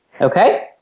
Okay